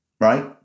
right